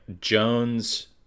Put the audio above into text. Jones